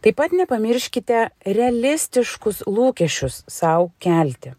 taip pat nepamirškite realistiškus lūkesčius sau kelti